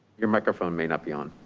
your microphone may not be on.